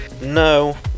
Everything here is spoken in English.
no